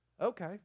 okay